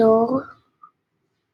Spectator